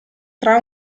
tra